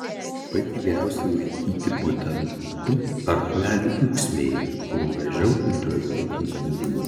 vaiką geriausiai laikyti po tentu ar medžių ūksmėje kur mažiau ultravioletinių spindulių